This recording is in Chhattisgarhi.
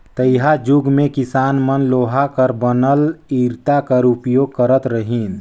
तइहाजुग मे किसान मन लोहा कर बनल इरता कर उपियोग करत रहिन